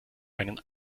einen